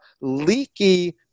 leaky